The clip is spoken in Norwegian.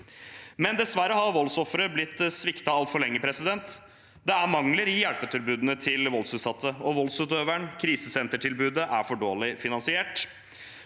Dessverre har voldsofre blitt sviktet altfor lenge. Det er mangler i hjelpetilbudene til voldsutsatte og voldsutøvere. Krisesentertilbudet er for dårlig finansiert.